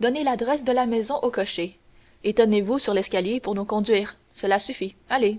donnez l'adresse de la maison au cocher et tenez-vous sur l'escalier pour nous conduire cela suffit allez